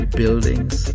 buildings